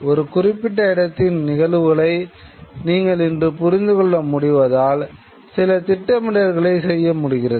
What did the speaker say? ஒரு குறிப்பிட்ட இடத்தின் நிகழ்வுகளை நீங்கள் இன்று புரிந்து கொள்ள முடிவதால் சில திட்டமிடல்களை செய்ய முடிகிறது